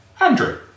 Andrew